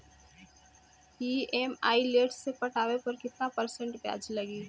EMI late से पटावे पर कितना परसेंट ब्याज लगी?